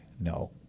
No